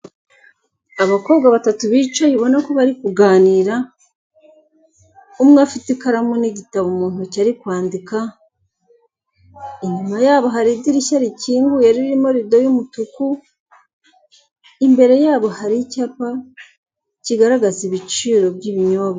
Abakobwa batatu bicaye ubona ko bari kuganira, umwe afite ikaramu n'igitabo mu ntoki ari kwandika, inyuma yabo hari idirishya rikinguye ririmo rido y'umutuku, imbere yabo hari icyapa kigaragaza ibiciro by'ibinyobwa.